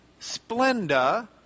Splenda